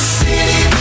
city